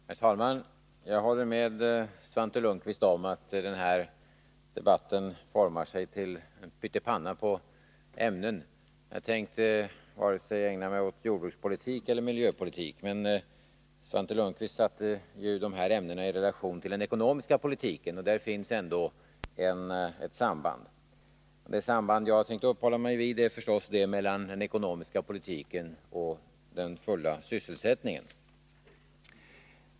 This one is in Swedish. Herr talman! Jag håller med Svante Lundkvist om att denna debatt formar sig till en pytt i panna på ämnen. Jag tänkte inte ägna mig åt vare sig jordbrukspolitik eller miljöpolitik, men Svante Lundkvist satte dessa ämnen i relation till den ekonomiska politiken. Där finns ändå ett samband. Det samband som jag tänkte uppehålla mig vid är förstås det mellan den ekonomiska politiken och den fulla sysselsättningen.